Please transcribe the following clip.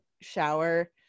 shower